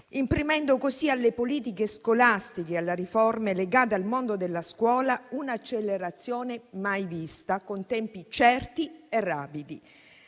imprimendo così alle politiche scolastiche e alle riforme legate al mondo della scuola un'accelerazione mai vista, con tempi certi e rapidi.